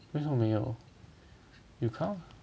为什么没有 you count